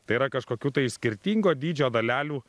tai yra kažkokių tai skirtingo dydžio dalelių